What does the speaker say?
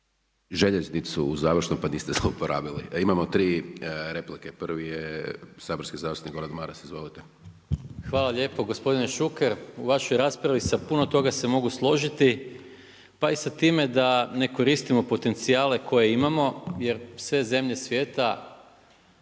(SDP)** … završno pa niste zloporabili. Imamo tri replike. Prvi je saborski zastupnik Gordan Maras. Izvolite. **Maras, Gordan (SDP)** Hvala lijepo. Gospodine Šuker u vašoj raspravi sa puno toga se mogu složiti pa i sa time da ne koristimo potencijale koje imamo jer sve zemlje svijeta